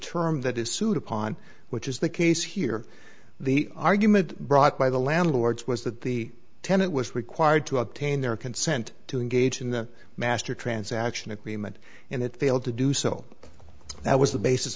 term that is suit upon which is the case here the argument brought by the landlords was that the tenant was required to obtain their consent to engage in the master transaction agreement and it failed to do so that was the bas